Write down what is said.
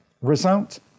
Result